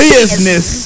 Business